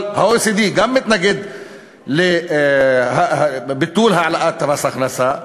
אבל ה-OECD גם מתנגד לביטול העלאת מס ההכנסה,